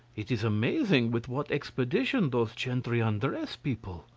it is amazing with what expedition those gentry undress people.